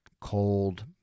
cold